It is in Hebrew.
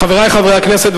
חברי חברי הכנסת,